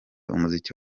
umuziki